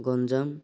Ganjam